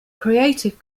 creative